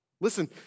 Listen